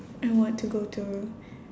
I want to go to